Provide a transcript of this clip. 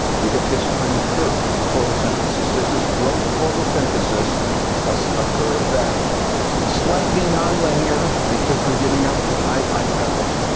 we get this kind of curve for photosynthesis. this is gross photosynthesis as a curve that's and slightly nonlinear because we're getting up to high light levels.